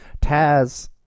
Taz